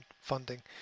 funding